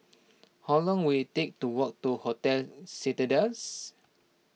how long will it take to walk to Hotel Citadines